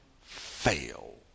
fail